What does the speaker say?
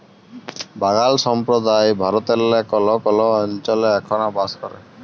বাগাল সম্প্রদায় ভারতেল্লে কল্হ কল্হ অলচলে এখল বাস ক্যরে